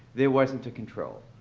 there wasn't a control.